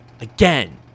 Again